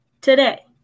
today